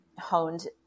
honed